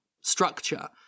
structure